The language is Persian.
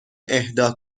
اهدا